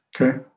Okay